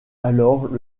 alors